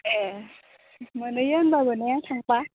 ए मोनैयो होमब्लाबो ने थांब्ला